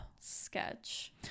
Sketch